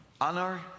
Honor